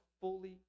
fully